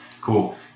Cool